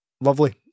Lovely